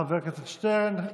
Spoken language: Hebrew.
חבר הכנסת שטרן,